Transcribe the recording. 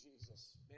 Jesus